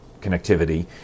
connectivity